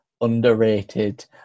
underrated